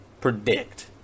predict